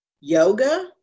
Yoga